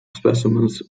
specimens